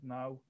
now